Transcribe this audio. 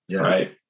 right